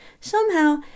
Somehow